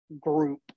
group